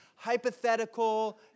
hypothetical